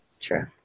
True